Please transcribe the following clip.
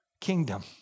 kingdom